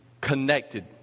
connected